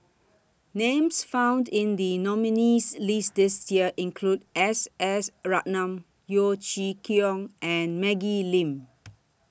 Names found in The nominees' list This Year include S S Ratnam Yeo Chee Kiong and Maggie Lim